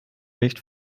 nicht